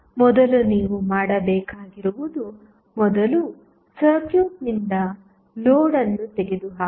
ಮೊದಲು ನೀವು ಮಾಡಬೇಕಾಗಿರುವುದು ಮೊದಲು ಸರ್ಕ್ಯೂಟ್ನಿಂದ ಲೋಡ್ ಅನ್ನು ತೆಗೆದುಹಾಕುವುದು